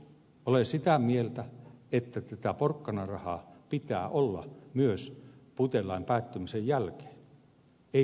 olen sitä mieltä että tätä porkkanarahaa pitää olla myös puitelain päättymisen jälkeen